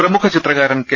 പ്രമുഖ ചിത്രകാരൻ കെ